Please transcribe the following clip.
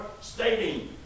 stating